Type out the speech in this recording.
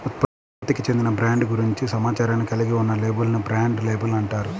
ఉత్పత్తికి చెందిన బ్రాండ్ గురించి సమాచారాన్ని కలిగి ఉన్న లేబుల్ ని బ్రాండ్ లేబుల్ అంటారు